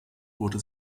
wurde